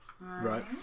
Right